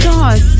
God